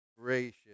Gracious